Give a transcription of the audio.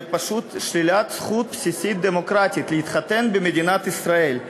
זה פשוט שלילת זכות בסיסית דמוקרטית להתחתן במדינת ישראל.